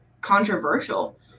controversial